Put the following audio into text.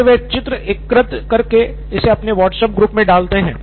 जैसे वे चित्र एकत्र कर के इसे अपने व्हाट्सएप ग्रुप में डालते हैं